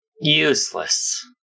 Useless